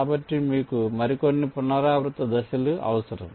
కాబట్టి మీకు మరికొన్ని పునరావృత దశలు అవసరం